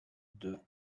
deux